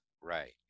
Right